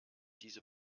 diese